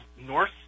north